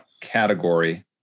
category